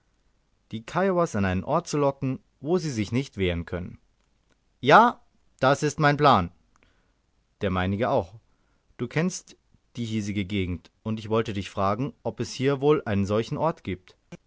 die kiowas an einen ort zu locken wo sie sich nicht wehren können ja das ist mein plan der meinige auch du kennst die hiesige gegend und ich wollte dich fragen ob es hier wohl einen solchen ort gibt